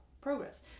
progress